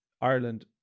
Ireland